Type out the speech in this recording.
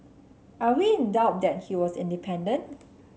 are we in doubt that he was independent